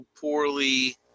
poorly